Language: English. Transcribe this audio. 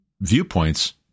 viewpoints